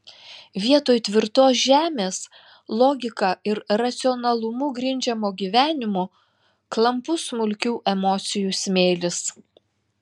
vietoj tvirtos žemės logika ir racionalumu grindžiamo gyvenimo klampus smulkių emocijų smėlis